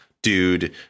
dude